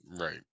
right